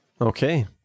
Okay